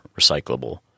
recyclable